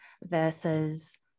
versus